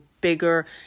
bigger